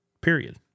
period